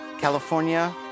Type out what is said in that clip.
California